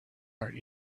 art